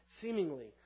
seemingly